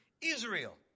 Israel